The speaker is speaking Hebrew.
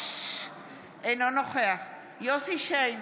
אינו נוכח יוסף שיין,